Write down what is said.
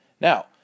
Now